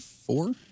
four